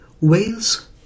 Wales